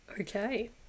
Okay